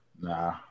Nah